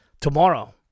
Tomorrow